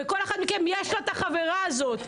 וכל אחת מכן יש לה את החברה הזאת,